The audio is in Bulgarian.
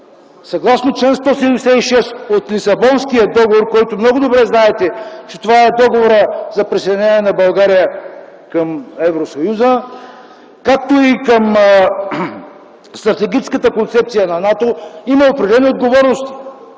съгласно чл. 176 от Лисабонския договор, много добре знаете, че това е договорът за присъединяване на България към Европейския съюз, както и към стратегическата концепция на НАТО, има определени отговорности.